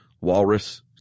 walrus